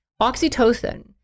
oxytocin